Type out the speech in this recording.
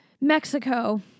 Mexico